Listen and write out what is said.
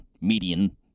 median